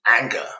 anger